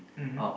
mmhmm